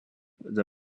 the